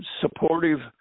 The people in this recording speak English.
supportive